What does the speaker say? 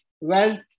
wealth